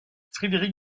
frédéric